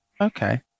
Okay